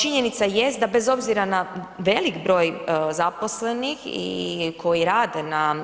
Činjenica jest da bez obzira na velik broj zaposlenih i koji rade na